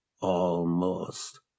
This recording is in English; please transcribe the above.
Almost